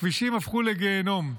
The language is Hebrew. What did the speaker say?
הכבישים הפכו לגיהינום.